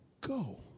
Go